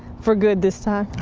for good this time?